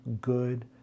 good